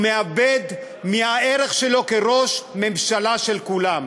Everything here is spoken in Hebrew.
הוא מאבד מהערך שלו כראש ממשלה של כולם.